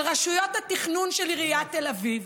של רשויות התכנון של עיריית תל אביב,